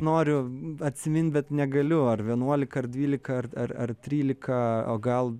noriu atsimint bet negaliu ar vienuolika ar dvylika ar ar trylika o gal